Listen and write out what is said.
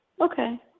okay